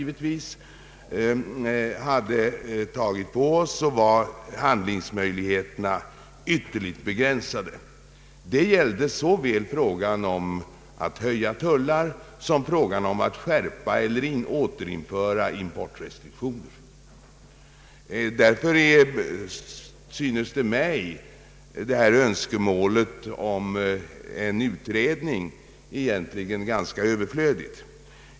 Våra handlingsmöjligheter var ytterligt begränsade såväl att höja tullar som att skärpa eller återinföra importrestriktioner. Därför synes mig önskemålet om en utredning egentligen ganska överflödigt.